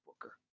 Booker